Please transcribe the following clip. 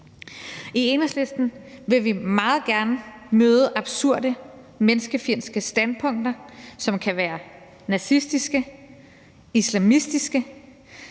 I Enhedslisten vil vi meget gerne møde absurde, menneskefjendske standpunkter, som kan være nazistiske, islamistiske